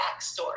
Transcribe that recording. backstory